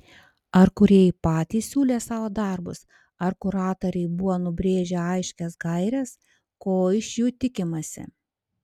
ar kūrėjai patys siūlė savo darbus ar kuratoriai buvo nubrėžę aiškias gaires ko iš jų tikimasi